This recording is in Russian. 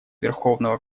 верховного